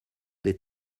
des